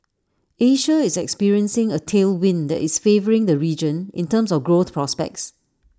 Asia is experiencing A tailwind that is favouring the region in terms of growth prospects